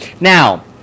Now